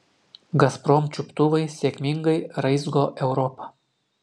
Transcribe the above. gazprom čiuptuvai sėkmingai raizgo europą